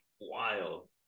wild